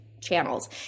channels